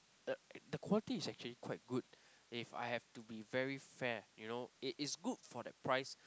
the the quality is actually quite good if I have to be very fair you know it is good for that price